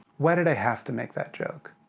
why did i have to make that joke?